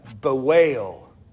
Bewail